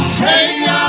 hey